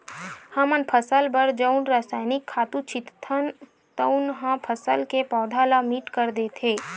हमन फसल बर जउन रसायनिक खातू छितथन तउन ह फसल के पउधा ल मीठ कर देथे